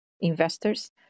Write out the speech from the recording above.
investors